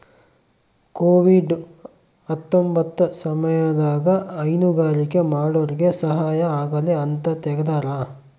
Covid ಹತ್ತೊಂಬತ್ತ ಸಮಯದಾಗ ಹೈನುಗಾರಿಕೆ ಮಾಡೋರ್ಗೆ ಸಹಾಯ ಆಗಲಿ ಅಂತ ತೆಗ್ದಾರ